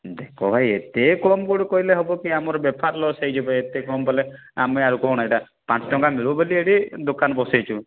ଦେଖ ଭାଇ ଏତେ କମ୍ ଗୁଟେ କହିଲେ ହେବକି ଆମର ବେପାର ଲସ୍ ହେଇଯିବ ଏତେ କମ୍ କଲେ ଆମେ ଆଉ କ'ଣ ଏଇଟା ପାଞ୍ଚ ଟଙ୍କା ମିଳୁ ବୋଲି ଏଇଠି ଦୋକାନ ବସାଇଛୁ